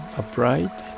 upright